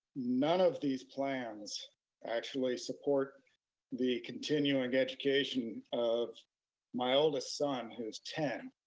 none of these plans actually support the continuing education of my oldest son, who's ten.